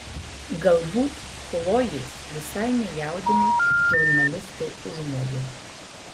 galbūt chlojės visai nejaudino žurnalisto užmojai